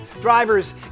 Drivers